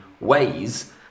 ways